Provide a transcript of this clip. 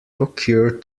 occur